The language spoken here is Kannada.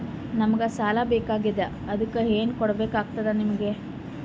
ನಮಗ ಸಾಲ ಬೇಕಾಗ್ಯದ ಅದಕ್ಕ ಏನು ಕೊಡಬೇಕಾಗ್ತದ ನಿಮಗೆ?